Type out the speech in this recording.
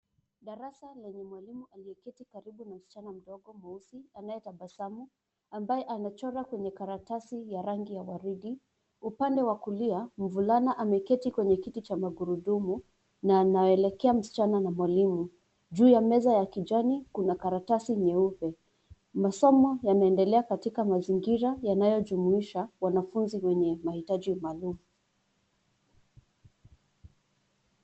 Darasa lenye mwalimu alio keti karibu na msichana mdogo mweusi anaye tabasamu ambaye anachora kwenye karatasi ya rangi ya waridi. Upande wa kulia mvulana ameketi kwenye kiti cha magurudumu na anaelekea msichana na mwalimu. Juu ya meza ya kijani kuna karatadi nyeupe, masomo yanaendelea katika mazingira yanayo jumuisha wanafunzi wenye mahitaji maalum.